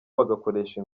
bagakoresha